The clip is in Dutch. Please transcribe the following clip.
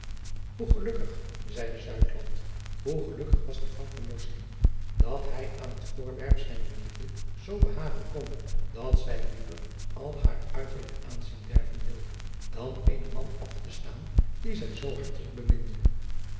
oe gelukkig zeide hoe gelukkig was die dat hij aan het voorwerp zijner liefde zoo behagen kon dat zij liever al haar uiterlijk aanzien derven wilde dan eenen man af te staan dien zij zoo hartelijk beminde